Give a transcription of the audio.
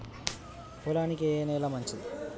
పొలానికి ఏ నేల మంచిది?